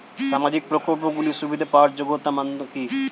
সামাজিক প্রকল্পগুলি সুবিধা পাওয়ার যোগ্যতা মান কি?